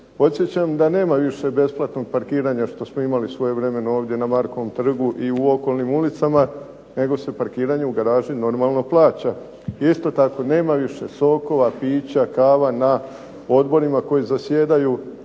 Podsjećam da nema više besplatnog parkiranja što smo imali svojevremeno ovdje na Markovom trgu i u okolnim ulicama nego sa parkiranjem u garaži normalno plaća. I isto tako nema više sokova, pića, kava na odborima koji zasjedaju